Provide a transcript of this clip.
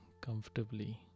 comfortably